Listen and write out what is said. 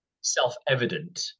self-evident